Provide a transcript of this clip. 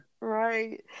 right